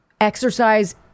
exercise